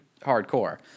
hardcore